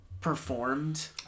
performed